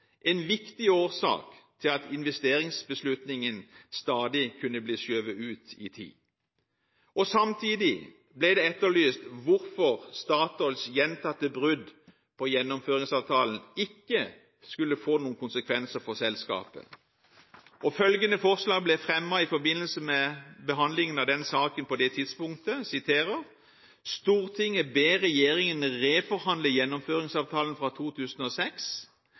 en viktig årsak til at investeringsbeslutningen stadig kunne bli skjøvet ut i tid. Samtidig ble det etterlyst hvorfor Statoils gjentatte brudd på Gjennomføringsavtalen ikke skulle få noen konsekvenser for selskapet. Følgende to forslag ble fremmet i forbindelse med behandlingen av saken på det tidspunktet: «Stortinget ber regjeringen reforhandle gjennomføringsavtalen fra 2006